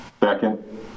Second